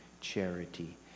charity